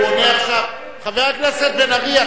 חבר הכנסת בן-ארי,